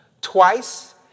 twice